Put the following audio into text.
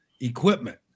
equipment